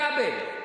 איתן כבל,